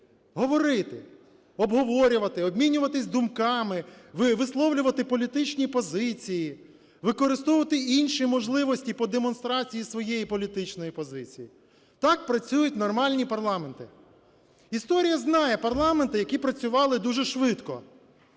Говорити, обговорювати, обмінюватись думками, висловлювати політичні позиції, використовувати інші можливості по демонстрації своєї політичної позиції. Так працюють нормальні парламенти. Історія знає парламенти, які працювали дуже швидко.